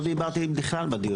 לא דיברתי בכלל בדיון.